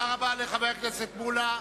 תודה רבה לחבר הכנסת מולה.